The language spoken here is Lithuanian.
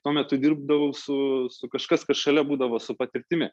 tuo metu dirbdavau su su kažkas kas šalia būdavo su patirtimi